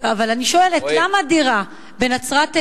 אבל אני שואלת: למה דירה בנצרת-עילית